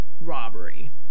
robbery